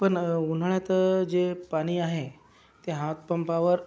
पण उन्हाळ्यात जे पाणी आहे ते हातपंपावर